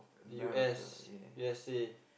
the U_S U_S_A